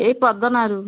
ଏଇ ପଦନାରୁ